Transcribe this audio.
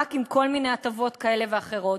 שזה רק עם כל מיני הטבות כאלה ואחרות.